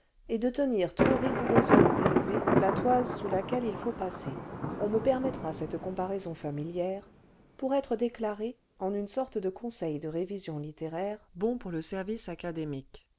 et de tenir trop rigoureusement élevée la toise sous laquelle il faut passer on me permettra cette comparaison familière pour être déclaré en une sorte de conseil de revision littéraire bon pour le service académique